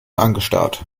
angestarrt